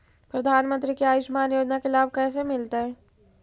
प्रधानमंत्री के आयुषमान योजना के लाभ कैसे मिलतै?